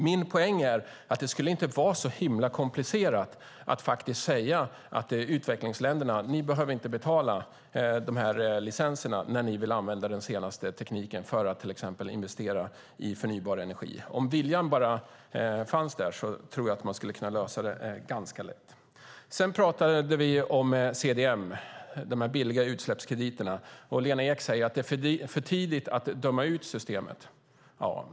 Min poäng är att det inte skulle vara så himla komplicerat att säga till utvecklingsländerna att de inte behöver betala de här licenserna när de vill använda den senaste tekniken för att till exempel investera i förnybar energi. Om viljan bara fanns där tror jag att man skulle kunna lösa det ganska lätt. Sedan pratade vi om CDM, de här billiga utsläppskrediterna. Lena Ek säger att det är för tidigt att döma ut systemet.